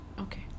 Okay